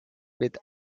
with